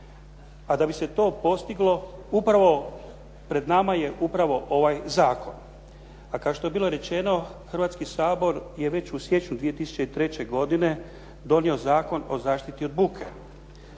a da bi se to postiglo upravo, pred nama je upravo ovaj zakon. A kao što je bilo rečeno Hrvatski sabor je već u siječnju 2003. godine donio Zakon o zaštiti od buke.